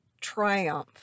triumph